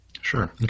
Sure